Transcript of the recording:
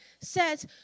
says